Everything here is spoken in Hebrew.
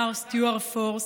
מר סטיוארט פורס,